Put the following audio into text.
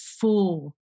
four